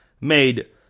made